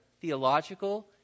theological